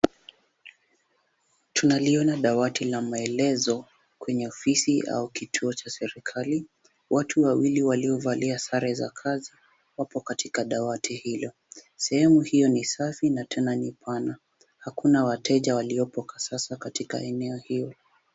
Tunaliona dawati la maelezo kwenye ofisi au kituo cha serikali. Watu wawili waliovalia sare za kazi wapo katika dawati hilo. Sehemu hiyo ni safi na tena ni pana. Hakuna wateja waliopo kwa sasa katika eneo hilo.